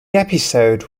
episode